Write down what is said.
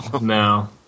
No